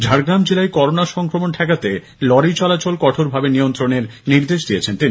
ঝাড়গ্রাম জেলায় করোনা সংক্রমণ ঠেকাতে লরি চলাচল কঠোরভাবে নিয়ন্ত্রনের নির্দেশ দিয়েছেন তিনি